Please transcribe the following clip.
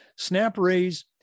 Snapraise